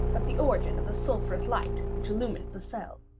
of the origin of the sulphurous light which illumined the cell.